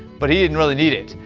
but he didn't really need it.